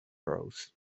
rolls